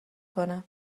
کنه